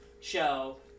show